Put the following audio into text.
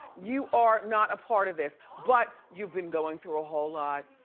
you are not a part of this, but you've been going through a whole lot.